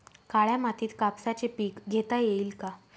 काळ्या मातीत कापसाचे पीक घेता येईल का?